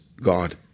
God